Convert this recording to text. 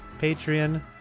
Patreon